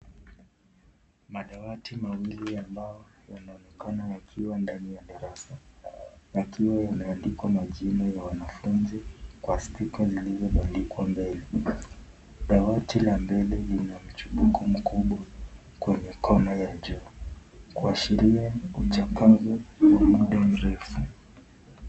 Madawati mawili ambao yanaonekana yakiwa ndani ya darasa, yakiwa yameandikwa majina ya wanafunzi kwa sticker iliyobandikwa mbele. Dawati la mbele lina mchipuko mkubwa kwenye kona ya juu kuashiria kuchakazo kwa mdu mrefu.